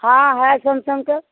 हाँ है सैमसंग का